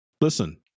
listen